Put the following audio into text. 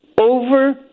over